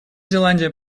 зеландия